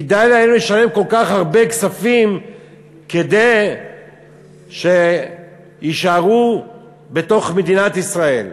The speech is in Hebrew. כדאי להם לשלם כל כך הרבה כספים כדי שיישארו בתוך מדינת ישראל.